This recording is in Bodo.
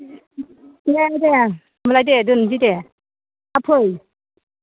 दे दे होमबालाय दे दोन्नोसै दे थाब फै